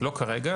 לא כרגע,